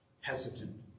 hesitant